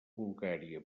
bulgària